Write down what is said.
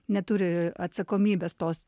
neturi atsakomybės tos